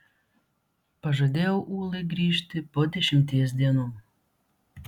pažadėjau ulai grįžti po dešimties dienų